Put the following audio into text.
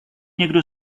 někdo